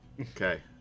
Okay